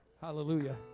Hallelujah